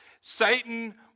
Satan